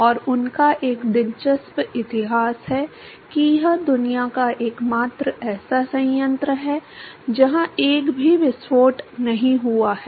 और उनका एक दिलचस्प इतिहास है कि यह दुनिया का एकमात्र ऐसा संयंत्र है जहां एक भी विस्फोट नहीं हुआ है